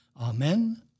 Amen